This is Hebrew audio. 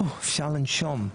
אפשר לנשום,